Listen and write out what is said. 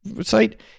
site